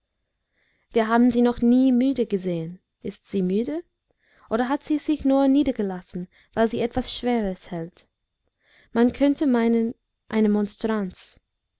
wir haben sie noch nie müde gesehen ist sie müde oder hat sie sich nur niedergelassen weil sie etwas schweres hält man könnte meinen eine monstranz